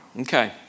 Okay